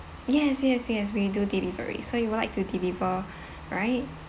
yes yes yes we do delivery so you would like to deliver right